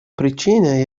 причине